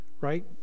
right